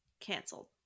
canceled